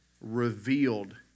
revealed